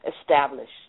establish